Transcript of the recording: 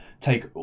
take